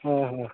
ହଁ ହଁ